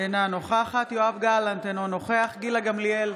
אינה נוכחת יואב גלנט, אינו נוכח גילה גמליאל,